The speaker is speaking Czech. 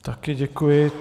Také děkuji.